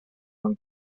non